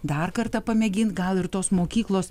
dar kartą pamėgint gal ir tos mokyklos